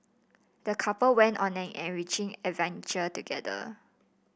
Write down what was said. the couple went on an enriching adventure together